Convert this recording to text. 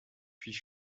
puis